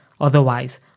otherwise